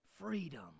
Freedom